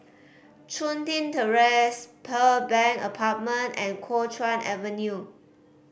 Chun Tin Terrace Pearl Bank Apartment and Kuo Chuan Avenue